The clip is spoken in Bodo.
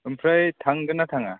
ओमफ्राय थांगोन ना थाङा